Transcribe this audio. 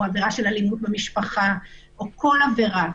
או עבירה של אלימות במשפחה או כל עבירה.